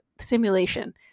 simulation